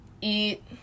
eat